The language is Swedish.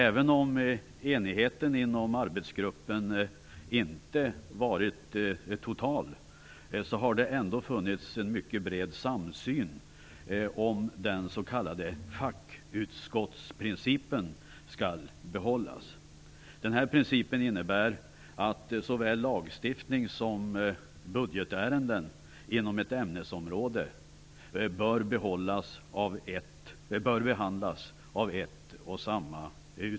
Även om enigheten inom arbetsgruppen inte varit total, har det ändå funnits en mycket bred samsyn om huruvida den s.k. fackutskottsprincipen skall behållas. Denna princip innebär att såväl lagstiftningsfrågor som budgetärenden inom ett ämnesområde bör behandlas av ett och samma utskott.